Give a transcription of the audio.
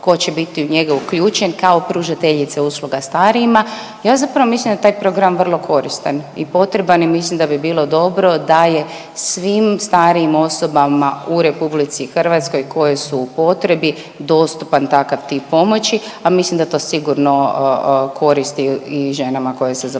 tko će biti u njega uključen kao pružateljica usluga starijima. Ja zapravo mislim da je taj program vrlo koristan i potreban i mislim da bi bilo dobro da je svim starijim osobama u RH koje su u potrebi dostupan takav tip pomoći, a mislim da to sigurno koristi i ženama koje se zapošljavaju